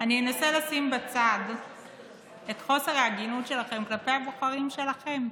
אני אנסה לשים בצד את חוסר ההגינות שלכם כלפי הבוחרים שלכם,